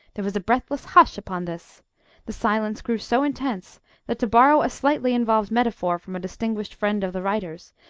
there was a breathless hush upon this the silence grew so intense that to borrow a slightly involved metaphor from a distinguished friend of the writer's,